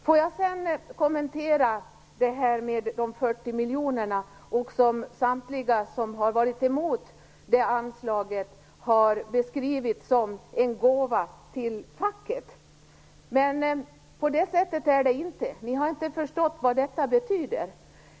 Låt mig sedan kommentera de 40 miljonerna, som samtliga motståndare har beskrivit som en gåva till facket. Men så är det inte. Ni har inte förstått vad detta betyder.